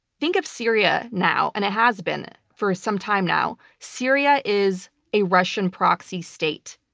think of syria now and it has been for some time now. syria is a russian proxy state.